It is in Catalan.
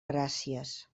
gràcies